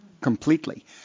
completely